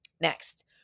Next